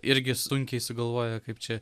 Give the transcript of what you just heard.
irgi sunkiai sugalvoja kaip čia